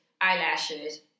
eyelashes